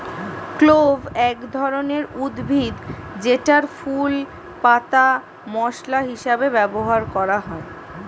clove এক ধরনের উদ্ভিদ যেটার ফুল, পাতা মসলা হিসেবে ব্যবহার করা হয়